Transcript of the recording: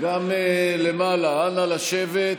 גם למעלה, נא לשבת.